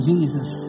Jesus